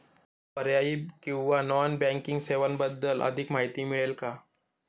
पर्यायी किंवा non banking सेवांबद्दल अधिक माहिती मिळेल का?